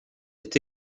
est